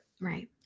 Right